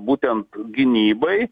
būtent gynybai